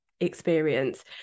experience